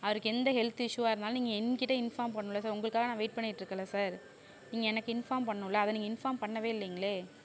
அவருக்கு எந்த ஹெல்த் இஷ்யூவாக இருந்தாலும் நீங்கள் என் கிட்ட இன்ஃபார்ம் பண்ணணும்லை சார் உங்களுக்காக நான் வெயிட் பண்ணிக்கிட்டு இருக்கேன்ல சார் நீங்கள் எனக்கு இன்ஃபார்ம் பண்ணும்லை அதை நீங்கள் இன்ஃபார்ம் பண்ணவே இல்லைங்களே